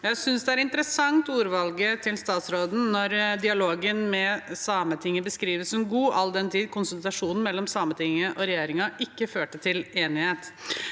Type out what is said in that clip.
Jeg synes ordvalget til statsråden er interessant når dialogen med Sametinget beskrives som god, all den tid konsultasjonen mellom Sametinget og regjeringen ikke førte til enighet,